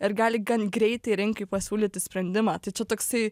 ir gali gan greitai rinkai pasiūlyti sprendimą tai čia toksai